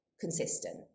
consistent